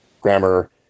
grammar